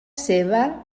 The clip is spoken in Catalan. seva